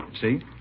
See